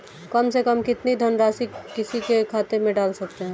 कम से कम कितनी धनराशि किसी के खाते में डाल सकते हैं?